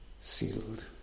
sealed